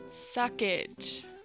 Suckage